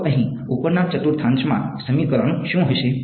તો અહીં ઉપરના ચતુર્થાંશમાં સમીકરણ શું હશે